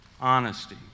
honesty